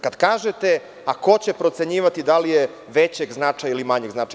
Kad kažete – a ko će procenjivati da li je većeg značaja ili manjeg značaja?